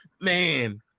Man